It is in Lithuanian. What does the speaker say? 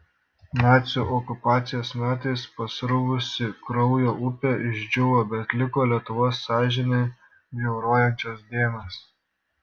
nacių okupacijos metais pasruvusi kraujo upė išdžiūvo bet liko lietuvos sąžinę bjaurojančios dėmės